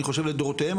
אני חושב לדורותיהם,